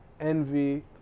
envy